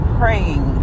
praying